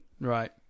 Right